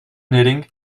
knitting